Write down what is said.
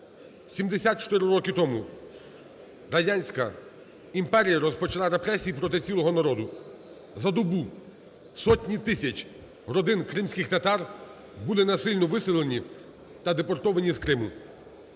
74 роки тому радянська імперія розпочала репресії проти цілого народу. За добу сотні тисяч родин кримських татар були насильно виселені та депортовані з Криму.